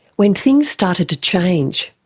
when things started to change.